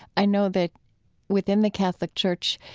i know that within the catholic church,